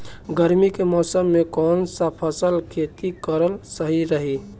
गर्मी के मौषम मे कौन सा फसल के खेती करल सही रही?